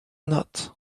not